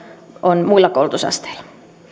on muilla koulutusasteilla